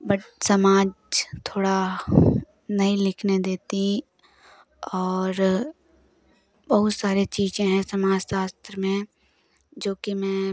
but समाज थोड़ा नहीं लिखने देती और बहुत सारे चीज़ें हैं समाज शास्त्र में जोकि मैं